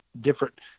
different